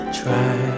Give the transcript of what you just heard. try